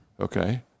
okay